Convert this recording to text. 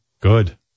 Good